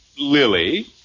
Lily